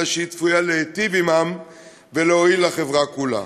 אלא שהיא עשויה להיטיב עמם ולהועיל לחברה כולה.